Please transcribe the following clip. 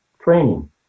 training